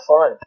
fun